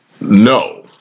No